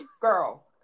Girl